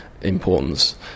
importance